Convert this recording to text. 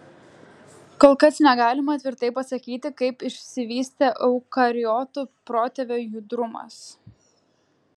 kol kas negalima tvirtai pasakyti kaip išsivystė eukariotų protėvio judrumas